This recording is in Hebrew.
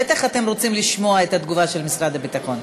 בטח אתם רוצים לשמוע את התגובה של משרד הביטחון,